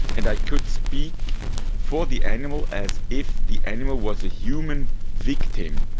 and i could speak for the animal as if the animal was a human victim.